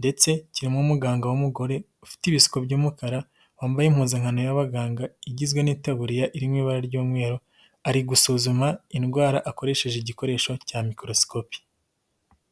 ndetse kirimo umuganga w'umugore ufite ibisuko by'umukara wambaye impuzankano y'abaganga igizwe n'itaburiya irimo ibara ry'umweru, ari gusuzuma indwara akoresheje igikoresho cya mikorosikopi.